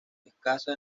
escasa